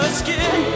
skin